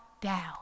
down